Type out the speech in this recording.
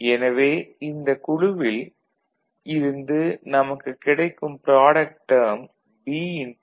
எனவே இந்தக் குழுவில் இருந்து நமக்கு கிடைக்கும் ப்ராடக்ட் டேர்ம் B